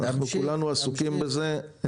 כולנו עסוקים בזה,